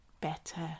better